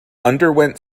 underwent